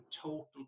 total